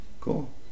Cool